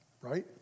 Right